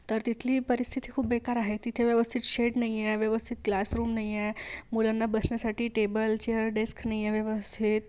तर तिथली परिस्थिती खूप बेकार आहे तिथे व्यवस्थित शेड नाही आहे व्यवस्थित क्लासरूम नाही आहे मुलांना बसण्यासाठी टेबल चेयर डेस्क नाही आहे व्यवस्थित